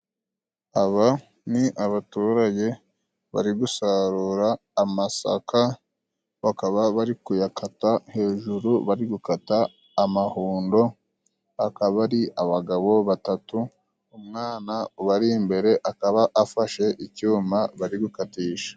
Aba ni abaturage bari gusarura amasaka, bakaba bari kuyakata hejuru. Bari gukata amahundo, akaba ari abagabo batatu, umwana ubari imbere akaba afashe icyuma bari gukatisha.